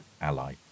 ally